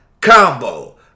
Combo